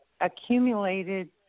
accumulated